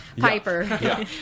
Piper